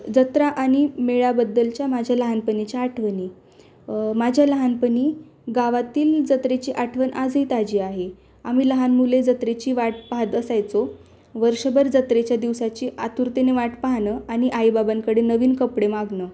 जत्रा आणि मेळ्याबद्दलच्या माझ्या लहानपणीच्या आठवणी माझ्या लहानपणी गावातील जत्रेची आठवण आजही ताजी आहे आम्ही लहान मुले जत्रेची वाट पाहात असायचो वर्षभर जत्रेच्या दिवसाची आतुरतेने वाट पाहणं आणि आईबाबांकडे नवीन कपडे मागणं